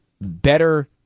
better